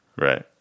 Right